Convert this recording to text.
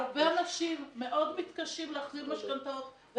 הרבה אנשים מאוד מתקשים להחזיר משכנתאות,